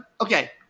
Okay